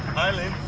island.